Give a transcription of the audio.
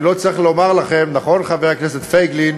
אני לא צריך לומר לכם, נכון, חבר הכנסת פייגלין?